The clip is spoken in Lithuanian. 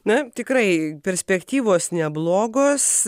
na tikrai perspektyvos neblogos